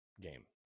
game